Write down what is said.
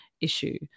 issue